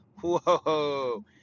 whoa